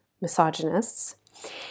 misogynists